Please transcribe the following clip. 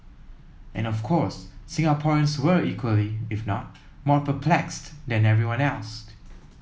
and of course Singaporeans were equally if not more perplexed than everyone else